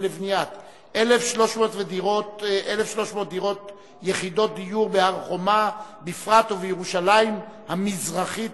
לבניית 1,300 יחידות דיור בהר-חומה בפרט ובירושלים המזרחית,